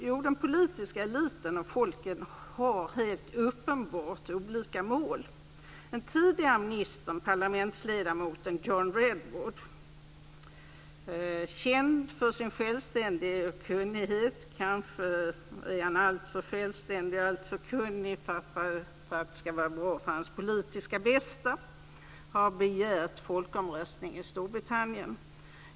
Jo, den politiska eliten och folken har helt uppenbart olika mål. Parlamentsledamoten John Redwood, tidigare minister, är känd för sin självständighet och kunnighet - kanske är han alltför självständig och kunnig för sitt eget politiska bästa. Han har begärt folkomröstning i Storbritannien.